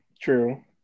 true